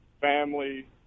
family